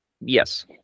Yes